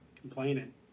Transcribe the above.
complaining